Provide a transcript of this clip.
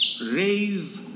raise